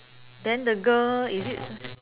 then the girl is it